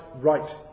right